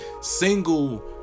single